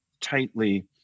tightly